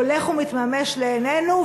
שהולך ומתממש לעינינו,